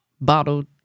bottled